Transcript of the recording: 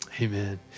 Amen